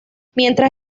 mientras